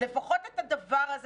לפחות את הדבר הזה,